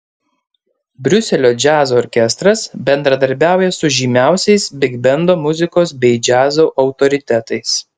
briuselio džiazo orkestras bendradarbiauja su žymiausiais bigbendo muzikos bei džiazo autoritetais